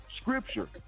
scripture